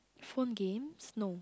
phone games no